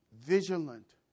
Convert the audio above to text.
vigilant